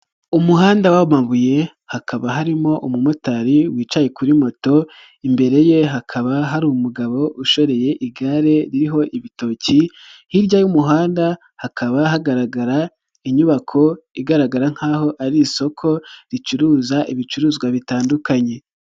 Umuhanda w'amabuye hakaba harimo umumotari wicaye kuri moto, imbere ye hakaba hari umugabo ushoreye igare ririho ibitoki, hirya y'umuhanda hakaba hagaragara inyubako igaragara nk'aho ari isoko, ricuruza ibicuruzwa bitandukanye.